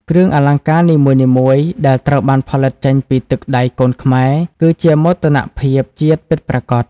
គ្រឿងអលង្ការនីមួយៗដែលត្រូវបានផលិតចេញពីទឹកដៃកូនខ្មែរ គឺជាមោទនភាពជាតិពិតប្រាកដ។